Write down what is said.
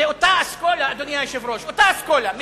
זו אותה אסכולה, אדוני היושב-ראש, אותה אסכולה.